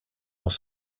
dans